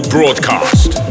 Broadcast